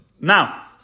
Now